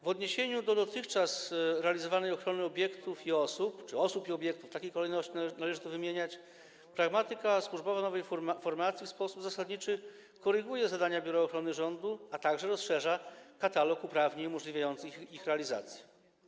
W odniesieniu do dotychczas realizowanej ochrony obiektów i osób, czy osób i obiektów, w takiej kolejności należy to wymieniać, pragmatyka służbowa nowej formacji w sposób zasadniczy koryguje zadania Biura Ochrony Rządu, a także rozszerza katalog uprawnień umożliwiających ich realizację.